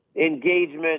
engagement